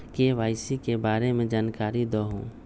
KYC के बारे में जानकारी दहु?